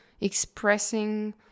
expressing